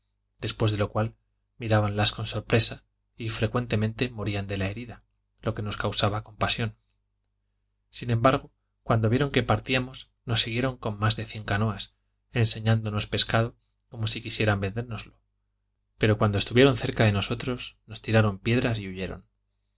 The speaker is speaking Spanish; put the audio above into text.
después de lo cual mirábanlas con sorpresa y frecuentemente morían de la herida lo que nos causaba compasión sin embargo cuando vieron que partíamos nos siguieron con más de cien canoas enseñándonos pescado como si quisieran vendérnoslo pero cuando estuvieron cerca de nosotros nos tiraron piedras y huyeron